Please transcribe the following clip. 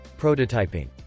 prototyping